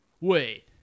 Wait